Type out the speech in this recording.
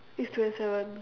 it's twenty seven